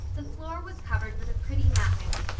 the floor was covered with a pretty matting,